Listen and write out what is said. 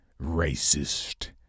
racist